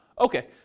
Okay